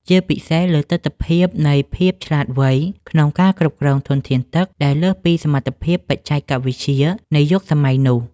ជាពិសេសលើទិដ្ឋភាពនៃភាពឆ្លាតវៃក្នុងការគ្រប់គ្រងធនធានទឹកដែលលើសពីសមត្ថភាពបច្ចេកវិទ្យានៃយុគសម័យនោះ។